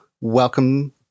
Welcome